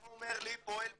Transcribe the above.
אתה אומר לי פועל פשוט,